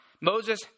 Moses